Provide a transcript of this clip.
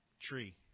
tree